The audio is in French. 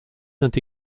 saint